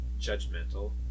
judgmental